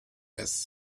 best